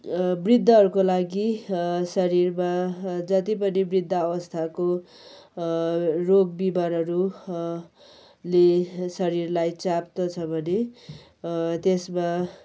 वृद्धहरूको लागि शरीरमा जति पनि वृद्ध अवस्थाको रोग बिमारहरू ले शरीरलाई चाप्दछ भने त्यसमा